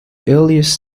earliest